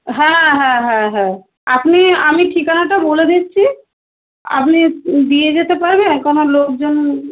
হ্যাঁ হ্যাঁ হ্যাঁ হ্যাঁ আপনি আমি ঠিকানাটা বলে দিচ্ছি আপনি দিয়ে যেতে পারবেন কোনো লোকজন